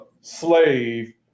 slave